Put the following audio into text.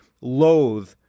loathe